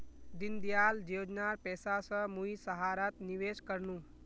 दीनदयाल योजनार पैसा स मुई सहारात निवेश कर नु